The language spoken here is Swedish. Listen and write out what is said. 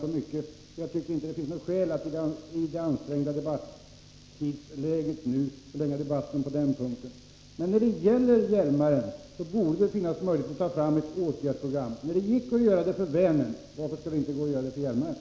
I den ansträngda arbetssituation som riksdagen nu har ansåg jag därför att jag inte borde ta upp tiden med att diskutera dessa frågor igen. Det borde finnas möjligheter att ta fram ett åtgärdsprogram för Hjälmaren. När det gick att göra det för Vänern, varför skulle det då inte gå att göra det för Hjälmaren?